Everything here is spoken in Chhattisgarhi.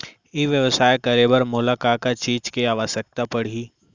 ई व्यवसाय करे बर मोला का का चीज के आवश्यकता परही?